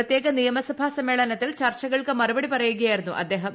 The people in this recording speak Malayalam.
പ്രത്യേക നിയമസഭാ സമ്മേളനത്തിൽ ചർച്ചകൾക്ക് മറുപടി പറയുകയായിരുന്നു അദ്ദേഹം